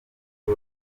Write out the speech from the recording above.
bwo